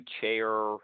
chair